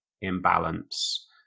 imbalance